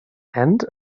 and